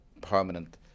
permanent